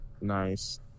Nice